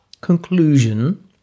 conclusion